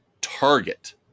Target